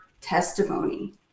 testimony